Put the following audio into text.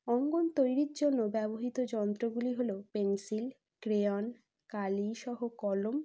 অঙ্কন তৈরির জন্য ব্যবহৃত যন্ত্রগুলি হল পেন্সিল ক্রেয়ন কালি সহ কলম